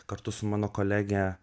kartu su mano kolege